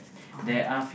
!wow!